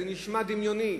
זה נשמע דמיוני,